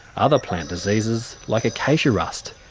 other plant diseases like acacia rust,